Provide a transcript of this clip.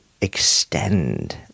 extend